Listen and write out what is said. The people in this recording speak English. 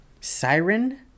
Siren